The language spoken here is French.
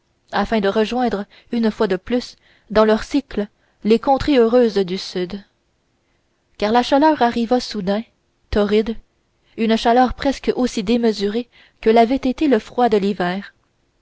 afin de rejoindre une fois de plus dans leur cycle les contrées heureuses du sud car la chaleur arriva soudain torride une chaleur presque aussi démesurée que l'avait été le froid de l'hiver